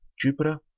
Jupiter